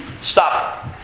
stop